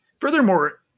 Furthermore